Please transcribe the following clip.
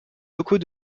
locaux